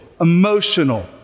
emotional